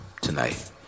tonight